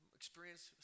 experience